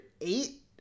eight